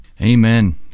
Amen